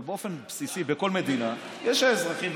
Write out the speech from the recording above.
אבל באופן בסיסי בכל מדינה יש אזרחים,